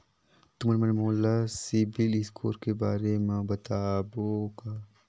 तुमन मन मोला सीबिल स्कोर के बारे म बताबो का?